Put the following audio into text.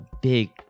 big